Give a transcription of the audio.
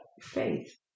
faith